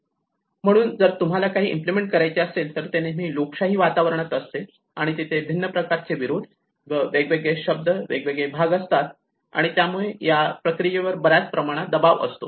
आणि म्हणून जर तुम्हाला काही इम्प्लिमेंट करायचे असेल तर ते नेहमी लोकशाही वातावरणात असते आणि तिथे भिन्न प्रकारचे विरोध व वेगवेगळे शब्द वेगवेगळे भाग असतात आणि त्यामुळे या प्रक्रियेवर बऱ्याच प्रमाणात दबाव असतो